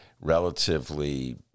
relatively